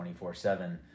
24-7